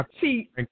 See